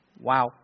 Wow